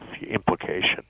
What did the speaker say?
implication